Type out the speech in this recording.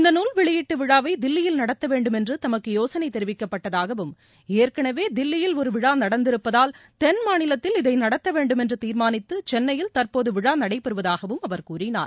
இந்த நூல் வெளியீட்டு விழாவை தில்லியில் நடத்தவேண்டும் என்று தமக்கு யோசனை தெரிவிக்கப்பட்டதாகவும் ஏற்களவே தில்லியில் ஒரு விழா நடந்திருப்பதால் தென்மாநிலத்தில் இதை நடத்தவேண்டும் என்று தீர்மாளித்து சென்னையில் தற்போது விழா நடைபெறுவதாகவும் அவர் கூறினார்